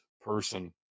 person